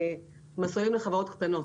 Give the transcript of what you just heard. מסלולים לחברות קטנות,